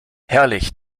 herrlich